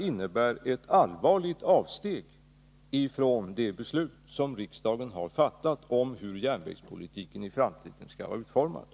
innebär ett allvarligt avsteg ifrån det beslut som riksdagen har fattat om hur Om ökad säkerhet järnvägspolitiken i framtiden skall vara utformad.